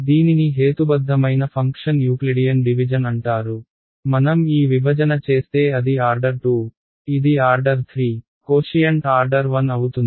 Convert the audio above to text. దీనిని హేతుబద్ధమైన function Euclidean division అంటారు మనం ఈ విభజన చేస్తే అది ఆర్డర్ 2 ఇది ఆర్డర్ 3 కోషియంట్ ఆర్డర్ 1 అవుతుంది